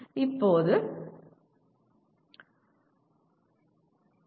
இப்போது பி